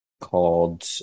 called